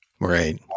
Right